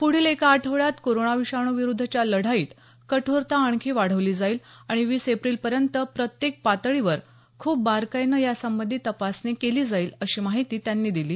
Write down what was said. पुढील एका आठवड्यात कोरोना विषाणूविरुद्धच्या लढाईत कठोरता आणखी वाढवली जाईल आणि वीस एप्रिल पर्यंत प्रत्येक पातळीवर खूप बारकाईनं या संबंधी तपासणी केली जाईल अशी माहिती त्यांनी दिली